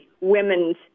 women's